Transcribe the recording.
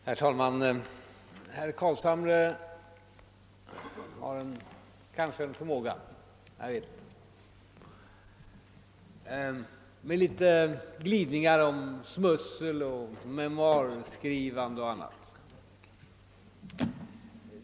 Herr talman! Herr Carlshamre har kanske en viss förmåga att göra glidningar — om smussel och memoarskrivande och annat.